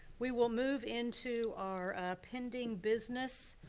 we will move into our pending business.